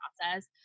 process